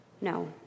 No